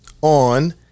on